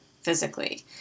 physically